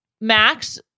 Max